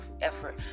effort